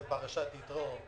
הציבור.